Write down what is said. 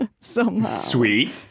Sweet